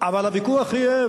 אבל הוויכוח יהיה,